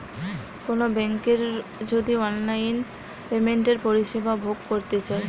কোনো বেংকের যদি অনলাইন পেমেন্টের পরিষেবা ভোগ করতে চাই